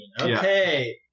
Okay